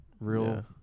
real